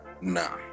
nah